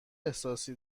احساسی